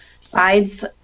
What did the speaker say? sides